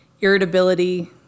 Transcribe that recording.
irritability